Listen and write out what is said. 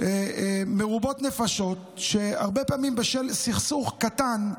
מרובות נפשות, שהרבה פעמים בשל סכסוך קטן,